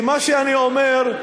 כי מה שאני אומר,